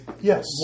Yes